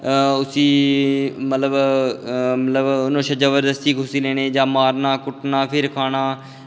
उस्सी मतलब मतलब नोहाड़ै शा जबर्दस्ती खुस्सी लैनी जां मारना कुट्टना फिर खाना